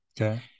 Okay